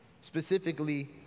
specifically